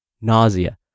nausea